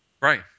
Right